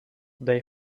they